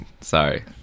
sorry